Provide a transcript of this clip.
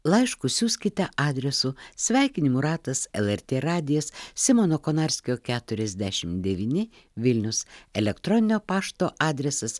laiškus siųskite adresu sveikinimų ratas lrt radijas simono konarskio keturiasdešim devyni vilnius elektroninio pašto adresas